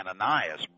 Ananias